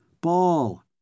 Ball